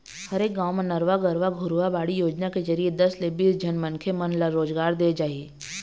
हरेक गाँव म नरूवा, गरूवा, घुरूवा, बाड़ी योजना के जरिए दस ले बीस झन मनखे मन ल रोजगार देय जाही